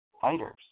fighters